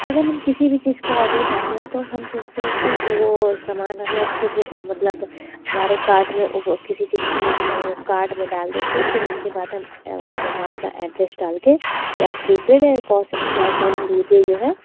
अगर हम किसी भी चीज़ को ऑर्डर करते हैं तो हम सोचते हैं कि वो वो समान हमें अच्छे से वो मतलब हमारे कार्ट में किसी चीज़ को हम वो कार्ड मे डाल देते हैं फिर उसके बाद हम और वहाँ अपना एड्रैस डाल के या प्रीपेड है या कोस कैस ऑन डिलेवरी जो है